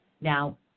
Now